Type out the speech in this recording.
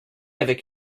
avec